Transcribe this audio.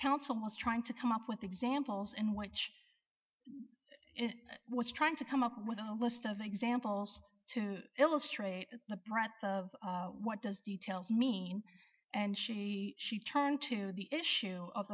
counsel was trying to come up with examples in which it was trying to come up with a whole list of examples to illustrate the breadth of what does details mean and she she turned to the issue of